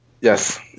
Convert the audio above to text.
Yes